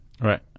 Right